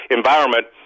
environment